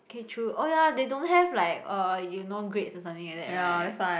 K true oh ya they don't have like uh you know grades or something like that right